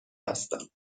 هستم